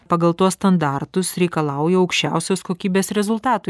pagal tuos standartus reikalauja aukščiausios kokybės rezultatų